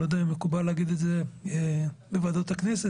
אני לא יודע אם מקובל להגיד את זה בוועדות הכנסת,